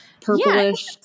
purplish